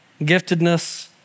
giftedness